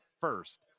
first